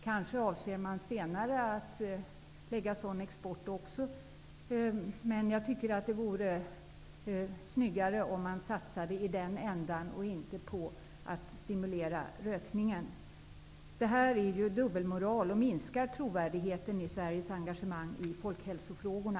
Kanske avser man senare att ägna sig åt sådan export också, men jag tycker att det vore snyggare om man satsade i den ändan och inte på att stimulera rökningen. Det här är ju dubbelmoral och minskar trovärdigheten i Sveriges engagemang i folkhälsofrågorna.